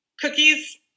cookies